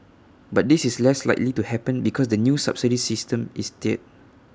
but this is less likely to happen because the new subsidy system is there